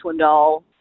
Swindoll